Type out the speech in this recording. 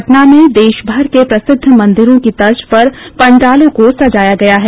पटना में देशभर के प्रसिद्ध मंदिरों की तर्ज पर पंडालों को सजाया गया है